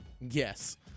yes